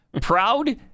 Proud